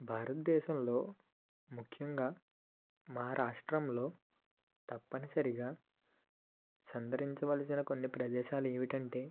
భారతదేశంలో ముఖ్యంగా మా రాష్ట్రంలో తప్పనిసరిగా సందర్సించవలసిన కొన్ని ప్రదేశాలు ఏమిటంటే